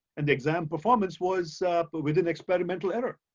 and the exam performance was but within experimental error.